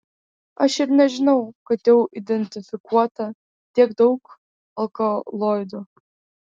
aš ir nežinojau kad jau identifikuota tiek daug alkaloidų